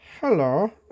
hello